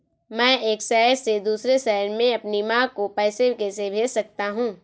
मैं एक शहर से दूसरे शहर में अपनी माँ को पैसे कैसे भेज सकता हूँ?